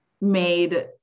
made